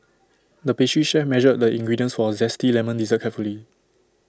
the pastry chef measured the ingredients for A Zesty Lemon Dessert carefully